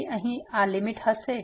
તેથી આ અહીં લીમીટ હશે